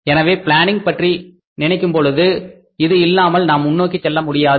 எனவே பிளானிங் என்பதை பற்றி நினைக்கும் பொழுது இது இல்லாமல் நாம் முன்னோக்கி செல்ல முடியாது